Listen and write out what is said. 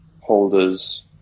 holders